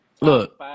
Look